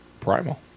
Primal